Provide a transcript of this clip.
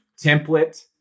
template